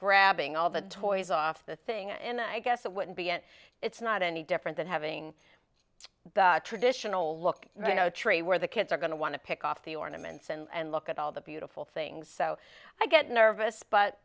grabbing all the toys off the thing and i guess it wouldn't be and it's not any different than having the traditional look you know a tree where the kids are going to want to pick off the ornaments and look at all the beautiful things so i get nervous but